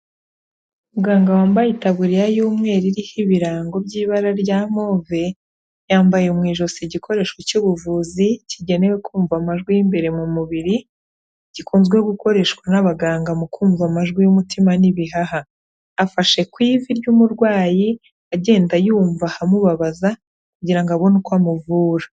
Muganga wambaye itaburiya y'umweru iriho ibirango by'ibara rya move, yambaye mu ijosi igikoresho cy'ubuvuzi kigenewe kumva amajwi y'imbere mu mubiri gikunzwe gukoreshwa n'abaganga mu kumva amajwi y'umutima n'ibihaha, afashe ku ivi ry'umurwayi agenda yumva ahamubabaza kugira ngo abone uko amuvura.